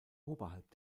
oberhalb